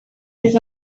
his